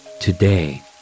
Today